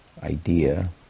idea